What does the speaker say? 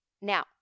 Now